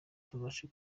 tubashe